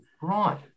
Right